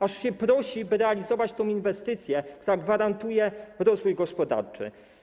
Aż się prosi, by realizować tę inwestycję, która gwarantuje rozwój gospodarczy.